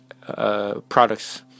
products